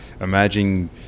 Imagine